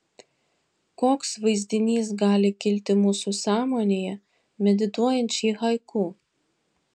koks vaizdinys gali kilti mūsų sąmonėje medituojant šį haiku